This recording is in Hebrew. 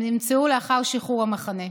הם נמצאו לאחר שחרור המחנה.